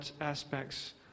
aspects